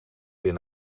weer